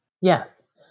Yes